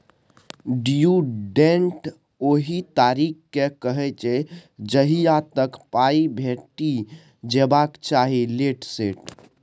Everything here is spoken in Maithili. ड्यु डेट ओहि तारीख केँ कहय छै जहिया तक पाइ भेटि जेबाक चाही लेट सेट